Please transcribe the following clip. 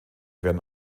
werden